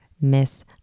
miss